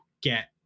get